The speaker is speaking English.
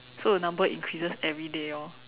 so the number increases everyday orh